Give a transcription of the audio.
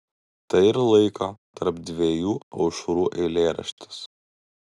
tai ir laiko tarp dviejų aušrų eilėraštis